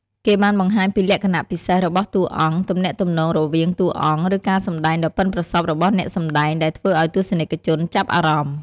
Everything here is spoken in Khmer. គេបានបង្ហាញពីលក្ខណៈពិសេសរបស់តួអង្គ ទំនាក់ទំនងរវាងតួអង្គ ឬការសម្ដែងដ៏ប៉ិនប្រសប់របស់អ្នកសម្ដែង ដែលធ្វើឱ្យទស្សនិកជនចាប់អារម្មណ៍។